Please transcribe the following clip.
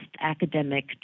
academic